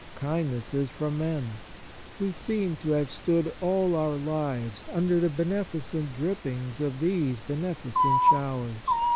kindnesses from men we seem to have stood all our lives under the beneficent drippings of these beneficent showers.